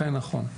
נכון,